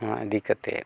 ᱱᱚᱣᱟ ᱤᱫᱤ ᱠᱟᱛᱮᱫ